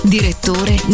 Direttore